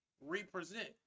represent